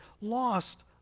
lost